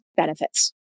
benefits